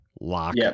lock